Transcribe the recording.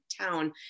town